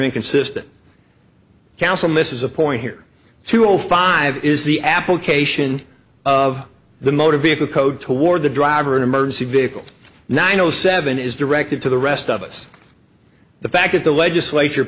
inconsistent counsel misses a point here two zero five is the application of the motor vehicle code toward the driver emergency vehicle nine o seven is directed to the rest of us the fact that the legislature